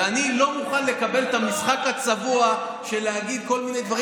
ואני לא מוכן לקבל את המשחק הצבוע של להגיד כל מיני דברים,